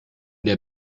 der